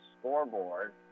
scoreboard